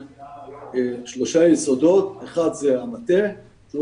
שנסמך על שלושה יסודות: המטה שהוא